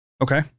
Okay